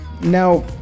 Now